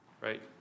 right